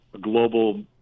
global